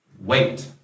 wait